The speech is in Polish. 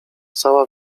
cała